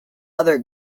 other